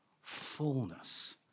fullness